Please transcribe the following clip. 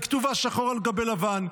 היא כתובה שחור על גבי לבן,